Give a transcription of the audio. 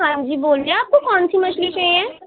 ہاں جی بولیے آپ کو کون سی مچھلی چاہیے